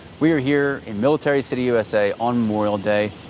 we're here in military city usa on memorial day.